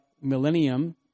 millennium